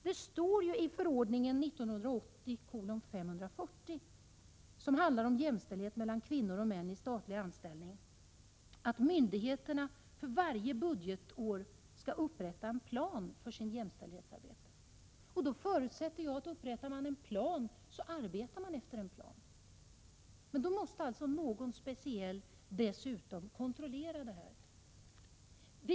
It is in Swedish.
Det står ju i förordningen 1980:540, som handlar om jämställdhet mellan kvinnor och män i statlig anställning, att myndigheterna för varje budgetår skall upprätta en plan för sitt jämställdhetsarbete. Då förutsätter jag att upprättar man en plan, så arbetar man efter en plan. Men då måste alltså enligt folkpartiets uppfattning dessutom någon speciell person kontrollera detta.